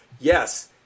yes